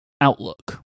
Outlook